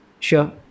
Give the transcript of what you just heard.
Sure